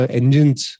engines